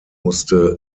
musste